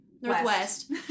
Northwest